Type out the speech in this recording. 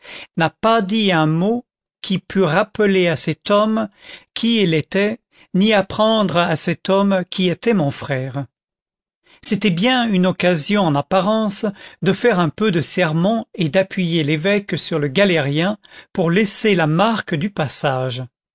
n'a pas dit un mot qui pût rappeler à cet homme qui il était ni apprendre à cet homme qui était mon frère c'était bien une occasion en apparence de faire un peu de sermon et d'appuyer l'évêque sur le galérien pour laisser la marque du passage